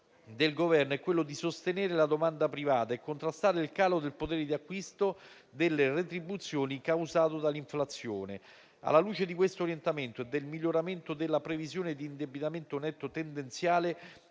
del Governo è quello di sostenere la domanda privata e contrastare il calo del potere d'acquisto delle retribuzioni causato dall'inflazione. Alla luce di quest'orientamento e del miglioramento della previsione d'indebitamento netto tendenziale,